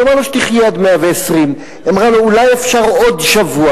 אז הוא אמר לה שתחיה עד 120. היא אמרה לו: אולי אפשר עוד שבוע?